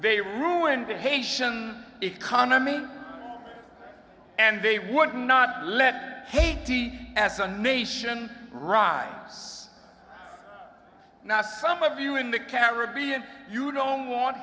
they ruined the haitian economy and they would not let haiti as a nation rise now some of you in the caribbean you don't want